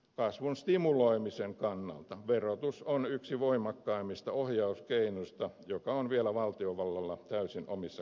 kasvun stimuloimisen kannalta verotus on yksi voimakkaimmista ohjauskeinoista joka on vielä valtiovallalla täysin omissa käsissään